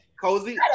cozy